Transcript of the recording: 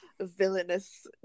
villainous